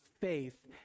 faith